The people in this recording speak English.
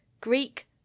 Greek